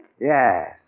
Yes